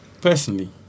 personally